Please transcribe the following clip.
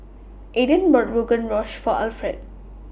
Aiden bought Rogan Josh For Alfred